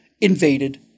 invaded